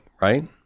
right